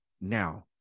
now